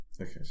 Okay